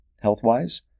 health-wise